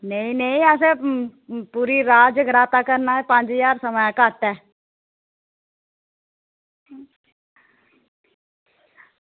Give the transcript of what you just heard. नेईं नेईं असें पूरी रात जगराता करना पंज ज्हार सगुआं घट्ट ऐ